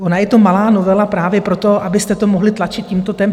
Ona je to malá novela právě proto, abyste to mohli tlačit tímto tempem.